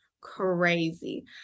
crazy